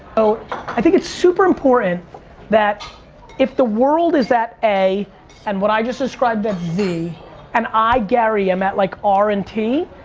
i think it's super important that if the world is at a and what i just described as z and i, gary, am at like r and t,